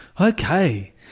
Okay